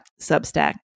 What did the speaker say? substack